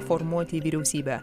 formuoti vyriausybę